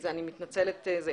אני מתנצלת.